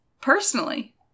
personally